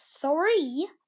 three